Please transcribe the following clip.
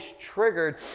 triggered